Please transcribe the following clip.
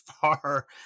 far